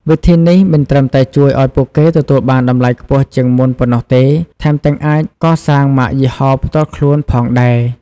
វិធីនេះមិនត្រឹមតែជួយឱ្យពួកគេទទួលបានតម្លៃខ្ពស់ជាងមុនប៉ុណ្ណោះទេ ថែមទាំងអាចកសាងម៉ាកយីហោផ្ទាល់ខ្លួនផងដែរ។